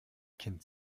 kind